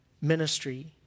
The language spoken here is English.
ministry